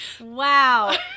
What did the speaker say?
Wow